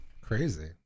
Crazy